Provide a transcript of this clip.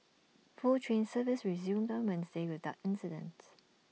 full train service resumed on Wednesday without incident